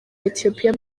ethiopia